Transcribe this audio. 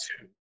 two